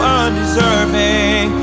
undeserving